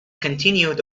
continued